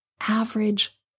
average